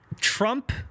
Trump